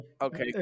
okay